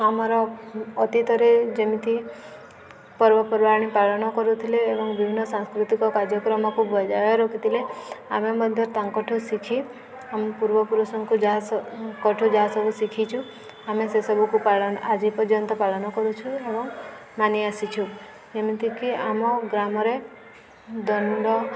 ଆମର ଅତୀତରେ ଯେମିତି ପର୍ବପର୍ବାବାଣି ପାଳନ କରୁଥିଲେ ଏବଂ ବିଭିନ୍ନ ସାଂସ୍କୃତିକ କାର୍ଯ୍ୟକ୍ରମକୁ ବଜାୟ ରଖିଥିଲେ ଆମେ ମଧ୍ୟ ତାଙ୍କଠୁ ଶିଖି ଆମ ପୂର୍ବପୁରୁଷଙ୍କୁ ଯାହାଙ୍କଠୁ ଯାହା ସବୁ ଶିଖିଛୁ ଆମେ ସେସବୁକୁ ପାଳନ ଆଜି ପର୍ଯ୍ୟନ୍ତ ପାଳନ କରୁଛୁ ଏବଂ ମାନି ଆସିଛୁ ଯେମିତିକି ଆମ ଗ୍ରାମରେ ଦଣ୍ଡ